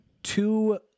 two